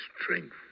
strength